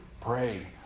Pray